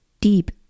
deep